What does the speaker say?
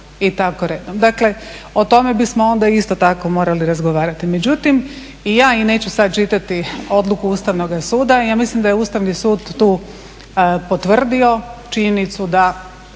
i tako redom, dakle o tome bismo isto tako morali razgovarati. Međutim, ja neću sada čitati odluku Ustavnoga suda, ja mislim da je Ustavni sud tu potvrdio činjenicu da